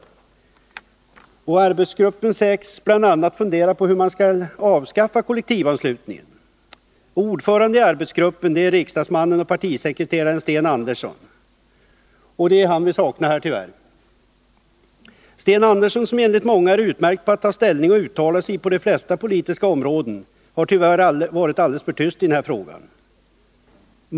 Arbetsgruppen sägs bl.a. 19 november 1980 fundera på hur man skall kunna avskaffa kollektivanslutningen. Ordförande i arbetsgruppen är riksdagsmannen och partisekreteraren Sten Andersson. Vissa grundlags Beklagligtvis saknar vi honom här. Sten Andersson, som enligt många är frågor utmärkt på att ta ställning och uttala sig på de flesta politiska områden, har tyvärr varit alldeles för tyst i den här frågan.